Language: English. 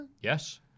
Yes